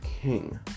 king